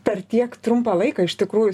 per tiek trumpą laiką iš tikrųjų